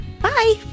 Bye